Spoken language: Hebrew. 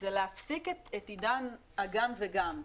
זה להפסיק את עידן הגם וגם.